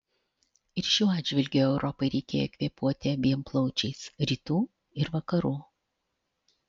ir šiuo atžvilgiu europai reikėjo kvėpuoti abiem plaučiais rytų ir vakarų